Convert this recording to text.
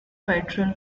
federal